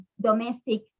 domestic